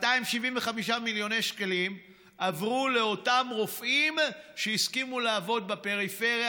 275 מיליוני שקלים עברו לאותם רופאים שהסכימו לעבוד בפריפריה,